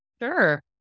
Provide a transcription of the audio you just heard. Sure